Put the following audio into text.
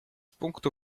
punktu